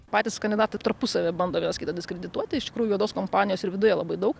patys kandidatai tarpusavyje bando vienas kitą diskredituoti iš tikrųjų juodos kompanijos ir viduje labai daug